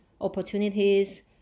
opportunities